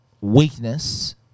weakness